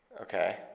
Okay